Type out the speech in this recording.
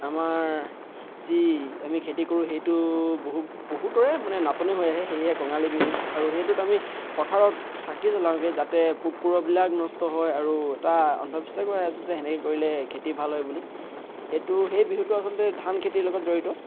আমাৰ যি আমি খেতি কৰোঁ সেইটো বহু বহুতৰে মানে নাটনি হৈ আহে সেয়ে কঙালী বিহু আৰু সেইটোত আমি পথাৰত চাকি জ্বলাওগৈ যাতে পোক পৰুৱাবিলাক নষ্ট হয় আৰু এটা অন্ধবিশ্বাসো আছে যে তেনেকৈ কৰিলে খেতি ভাল হয় বুলি সেইটো সেই বিহুটো আচলতে ধান খেতিৰ লগত জড়িত